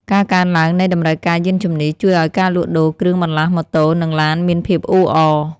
ការកើនឡើងនៃតម្រូវការយានជំនិះ ជួយឱ្យការលក់ដូរគ្រឿងបន្លាស់ម៉ូតូ និងឡានមានភាពអ៊ូអរ។